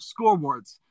scoreboards